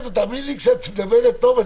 כשאת מדברת טוב,